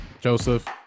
Joseph